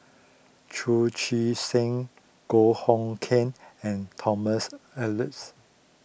Chu Chee Seng Goh Hood Keng and Thomas Oxley